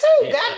Goddamn